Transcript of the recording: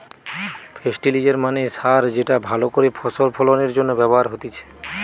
ফেস্টিলিজের মানে সার যেটা ভালো করে ফসল ফলনের জন্য ব্যবহার হতিছে